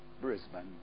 Brisbane